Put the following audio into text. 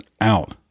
out